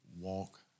walk